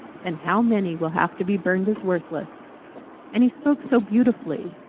and how many will have to be burned as worthless and he spoke so beautifully.